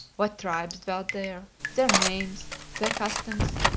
what tribes dwelt there, their names, their customs,